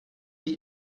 die